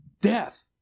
death